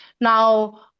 Now